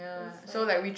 West is fine